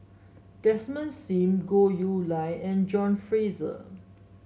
Desmond Sim Goh Chiew Lye and John Fraser